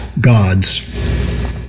God's